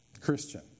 Christian